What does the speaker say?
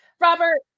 Robert